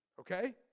Okay